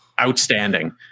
outstanding